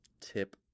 tip